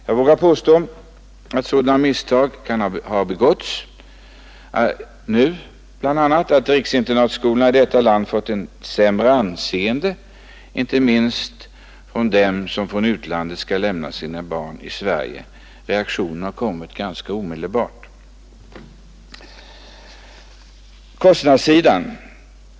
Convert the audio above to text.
Jag vågar påstå att sådana misstag kan ha gjorts, bl.a. nu, att riksinternatskolorna i vårt land fått ett sämre anseende, inte minst hos dem som från utlandet skall lämna sina barn i Sverige. Reaktionen har kommit ganska omedelbart.